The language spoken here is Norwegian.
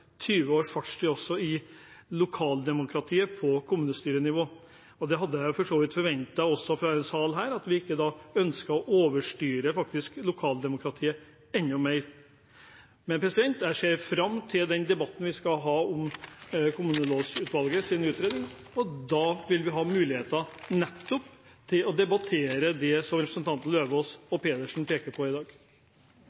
20 års fartstid i lokaldemokratiet på kommunestyrenivå. Jeg hadde faktisk forventet fra denne sal at vi ikke ønsket å overstyre lokaldemokratiet enda mer. Jeg ser fram til debatten vi skal ha om kommunelovutvalgets utredning. Da vil vi ha muligheter til nettopp å debattere det som representantene Lauvås og Pedersen peker på i dag.